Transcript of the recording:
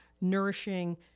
nourishing